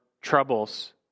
troubles